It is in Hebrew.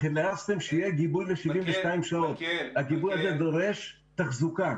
רציתם שיהיה גיבוי ל-72 שעות והגיבוי הזה דורש תחזוקה.